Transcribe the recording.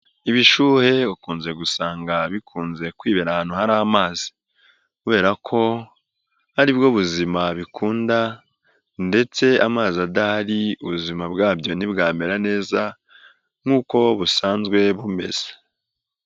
Ibishuhe ukunze gusanga bikunze kwibera ahantu hari amazi, kubera ko aribwo buzima bikunda ndetse amazi adahari ubuzima bwabyo ntibwamera neza nk'uko busanzwe bumeze.